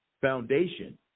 foundation